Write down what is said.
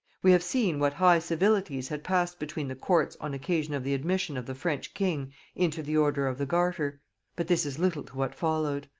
we have seen what high civilities had passed between the courts on occasion of the admission of the french king into the order of the garter but this is little to what followed.